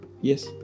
Yes